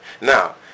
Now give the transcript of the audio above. Now